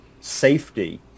safety